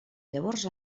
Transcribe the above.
llavors